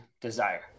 desire